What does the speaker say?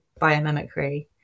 biomimicry